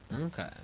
Okay